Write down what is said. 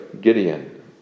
Gideon